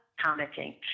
commenting